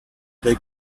they